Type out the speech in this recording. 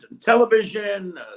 television